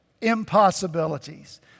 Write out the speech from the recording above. impossibilities